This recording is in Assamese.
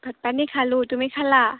ভাত পানী খালোঁ তুমি খালা